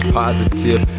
positive